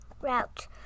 Route